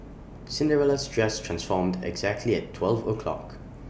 Cinderella's dress transformed exactly at twelve o'clock